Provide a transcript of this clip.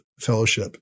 fellowship